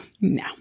No